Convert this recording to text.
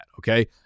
okay